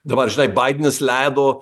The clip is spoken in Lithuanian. dabar žinai baidenas leido